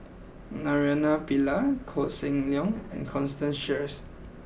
Naraina Pillai Koh Seng Leong and Constance Sheares